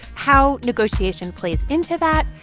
how negotiation plays into that,